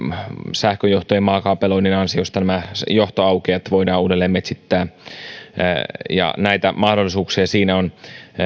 sähköjohtojen maakaapeloinnin ansiosta nämä johtoaukeat voidaan uudelleen metsittää näitä mahdollisuuksia siinä on